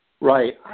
Right